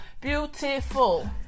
beautiful